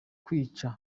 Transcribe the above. kwica